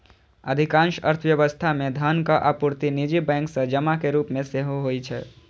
अधिकांश अर्थव्यवस्था मे धनक आपूर्ति निजी बैंक सं जमा के रूप मे होइ छै